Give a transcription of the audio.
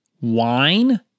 wine